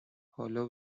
حالا